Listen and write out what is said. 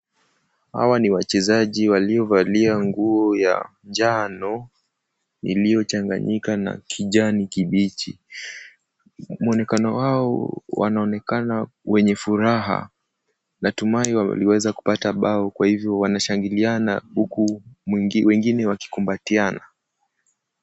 Hawa ni wachezaji waliovalia nguo ya njano iliyochanganyika na kijani kibichi. Mwonekano wao wanaonekana wenye furaha. Natumai waliweza kupata bao kwa hivyo wanashangilia na huku wengine wakikumbatiana.